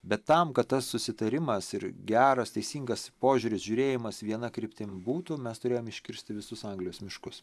bet tam kad tas susitarimas ir geras teisingas požiūris žiūrėjimas viena kryptim būtų mes turėjom iškirsti visus anglijos miškus